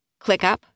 ClickUp